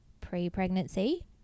pre-pregnancy